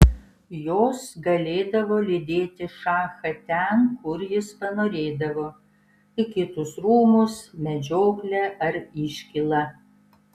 jos galėdavo lydėti šachą ten kur jis panorėdavo į kitus rūmus medžioklę ar iškylą